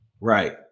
Right